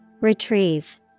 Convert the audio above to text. Retrieve